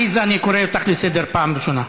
עליזה, אני קורא אותך לסדר פעם ראשונה.